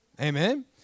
Amen